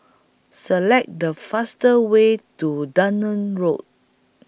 Select The fastest Way to Dunman Road